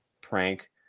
prank